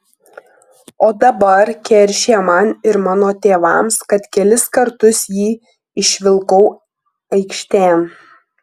o dabar keršija man ir mano tėvams kad kelis kartus jį išvilkau aikštėn